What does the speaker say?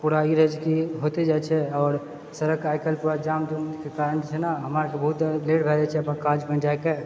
पूरा ई रहै छै की होते जाइत छै आओर सड़क आइ काल्हि पूरा जामके कारण छै ने हमरा आर बहुत देर भए जाइत छै अपन काजमे जाए कऽ